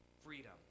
freedom